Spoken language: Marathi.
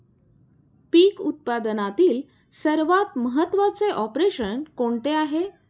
पीक उत्पादनातील सर्वात महत्त्वाचे ऑपरेशन कोणते आहे?